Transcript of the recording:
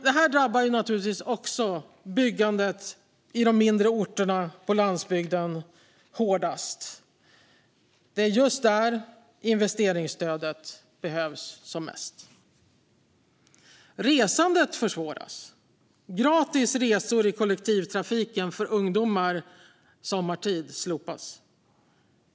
Detta drabbar naturligtvis också byggandet i de mindre orterna på landsbygden hårdast. Det är just där investeringsstödet behövs som mest. Resandet försvåras. Gratis resor i kollektivtrafiken för ungdomar sommartid slopas.